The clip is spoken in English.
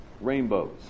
rainbows